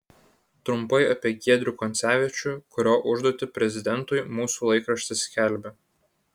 trumpai apie giedrių koncevičių kurio užduotį prezidentui mūsų laikraštis skelbia